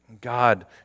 God